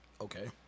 Okay